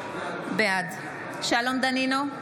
בעד שלום דנינו,